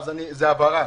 זו הבהרה.